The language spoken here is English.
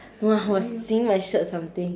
no ah was seeing my shirt something